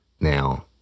Now